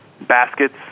Baskets